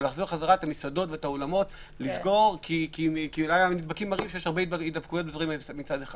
לסגור את המסעדות ואת האולמות כי נראה שיש הרבה הידבקויות במקומות האלה.